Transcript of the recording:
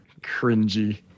cringy